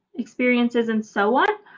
experiences and so on.